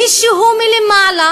מישהו מלמעלה